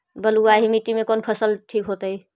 बलुआही मिट्टी में कौन फसल ठिक होतइ?